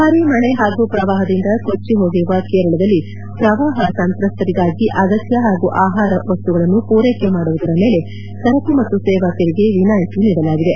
ಭಾರಿ ಮಳೆ ಹಾಗೂ ಪ್ರವಾಹದಿಂದ ಕೊಚ್ಚ ಹೋಗಿರುವ ಕೇರಳದಲ್ಲಿ ಪ್ರವಾಹ ಸಂತ್ರಸ್ತರಿಗಾಗಿ ಅಗತ್ಯ ಹಾಗೂ ಆಹಾರ ವಸ್ತುಗಳನ್ನು ಪೂರ್ನೆಕೆ ಮಾಡುವುದರ ಮೇಲೆ ಸರಕು ಮತ್ತು ಸೇವಾ ತೆರಿಗೆ ವಿನಾಯಿತಿ ನೀಡಲಾಗಿದೆ